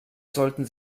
sollten